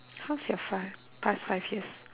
how's your five past five years